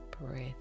breath